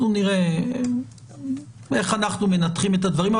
אנחנו נראה איך אנחנו מנתחים את הדברים האלה.